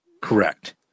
Correct